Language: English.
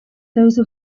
those